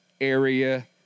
area